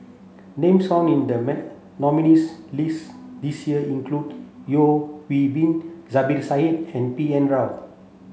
names found in the nominees' list this year include Yeo Hwee Bin Zubir Said and B N Rao